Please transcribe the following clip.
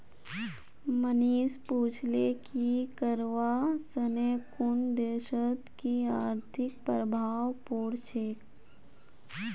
मनीष पूछले कि करवा सने कुन देशत कि आर्थिक प्रभाव पोर छेक